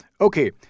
Okay